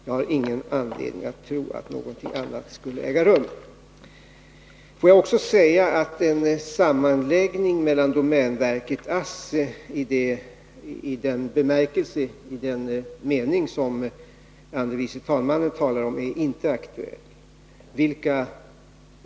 Jag har ingen anledning att tro att någonting annat skulle vara fallet. Låt mig också säga att en sammanläggning mellan domänverket och ASSI i den mening som andre vice talmannen talade om inte är aktuell.